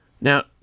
Now